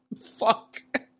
Fuck